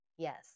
Yes